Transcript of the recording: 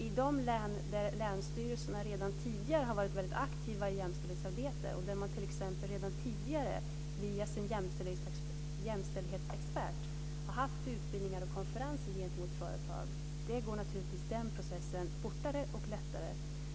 I de län där länsstyrelserna redan tidigare har varit aktiva i jämställdhetsarbetet och där man t.ex. redan tidigare via sin jämställdhetsexpert har haft utbildningar och konferenser gentemot företag går naturligtvis processen fortare och lättare.